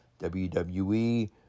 WWE